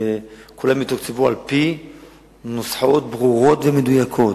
וכולם יתוקצבו על-פי נוסחאות ברורות ומדויקות.